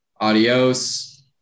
Adios